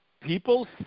people